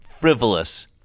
frivolous